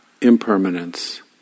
impermanence